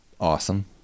awesome